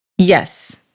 Yes